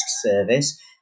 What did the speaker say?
service